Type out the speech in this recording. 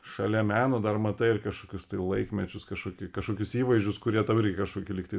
šalia meno dar matai ir kažkokius tai laikmečius kažkokį kažkokius įvaizdžius kurie tau irgi kažkokį lygtai